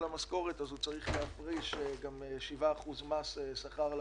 המשכורת הוא צריך גם להפריש 7% מס על העובדים.